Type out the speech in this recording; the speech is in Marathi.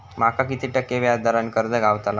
माका किती टक्के व्याज दरान कर्ज गावतला?